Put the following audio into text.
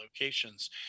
locations